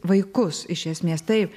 vaikus iš esmės taip